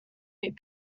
eight